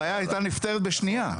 הבעיה הייתה נפתרת בשנייה.